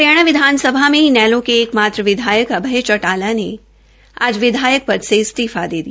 हरियाणा विधानसभा में इनेलो के एकमात्र विधायक अभय सिंह चौटाला ने आज विधायक पद से इस्तीफा दे दिया